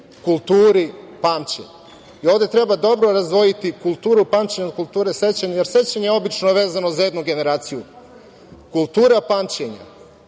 kulturi pamćenja. Ovde treba dobro razdvojiti kulturu pamćenja od kulture sećanja, jer sećanje je obično vezano za jednu generaciju. Kultura pamćenja